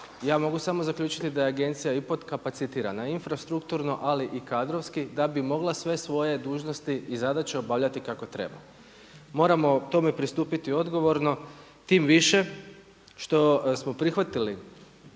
ja mogu samo zaključiti da je agencija i potkapacitirana infrastrukturno, ali i kadrovski da bi mogla sve svoje dužnosti i zadaće obavljati kako treba. Moramo tome pristupiti odgovorno tim više što smo prihvatili